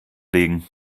legen